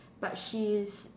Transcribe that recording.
but she's